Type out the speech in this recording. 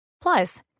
Plus